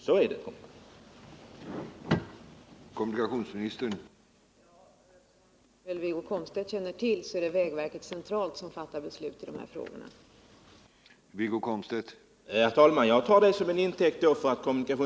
Där är den bittra sanningen.